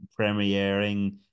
premiering